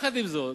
עם זאת,